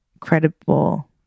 credible